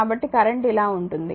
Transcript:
కాబట్టి కరెంట్ ఇలా ఉంటుంది